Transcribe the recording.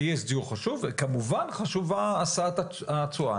ה-ESG וכמובן חשובה השאת התשואה,